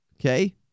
Okay